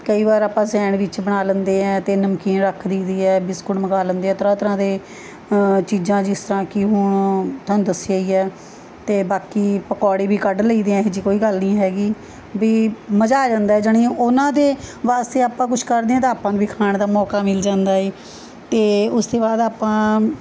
ਕਈ ਵਾਰ ਆਪਾਂ ਸੈਂਡਵਿਚ ਬਣਾ ਲੈਂਦੇ ਹੈ ਅਤੇ ਨਮਕੀਨ ਰੱਖ ਦਈ ਦੀ ਹੈ ਬਿਸਕੁਟ ਮੰਗਵਾ ਲੈਂਦੇ ਹਾਂ ਤਰ੍ਹਾਂ ਤਰ੍ਹਾਂ ਦੇ ਚੀਜ਼ਾਂ ਜਿਸ ਤਰ੍ਹਾਂ ਕਿ ਹੁਣ ਤੁਹਾਨੂੰ ਦੱਸਿਆ ਹੀ ਹੈ ਅਤੇ ਬਾਕੀ ਪਕੌੜੇ ਵੀ ਕੱਢ ਲਈ ਦੇ ਹੈ ਇਹ ਜਿਹੀ ਕੋਈ ਗੱਲ ਨਹੀਂ ਹੈਗੀ ਬੀ ਮਜਾ ਆ ਜਾਂਦਾ ਜਾਣੀ ਉਹਨਾਂ ਦੇ ਵਾਸਤੇ ਆਪਾਂ ਕੁਛ ਕਰਦੇ ਹਾਂ ਤਾਂ ਆਪਾਂ ਵੀ ਖਾਣ ਦਾ ਮੌਕਾ ਮਿਲ ਜਾਂਦਾ ਏ ਅਤੇ ਉਸ ਤੋਂ ਬਾਅਦ ਆਪਾਂ